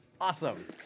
Awesome